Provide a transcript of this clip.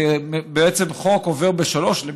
בעצם חוק עובר בשלוש קריאות,